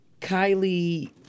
Kylie